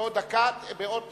בעוד